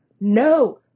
No